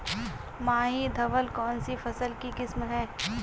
माही धवल कौनसी फसल की किस्म है?